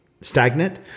stagnant